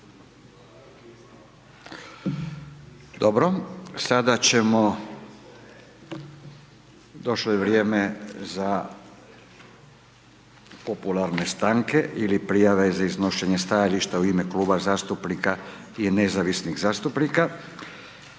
Dobro, sada ćemo, došlo je vrijeme za popularne stanke ili prijave za iznošenje stajališta u ime kluba zastupnika i nezavisnih zastupnika.